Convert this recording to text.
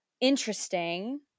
interesting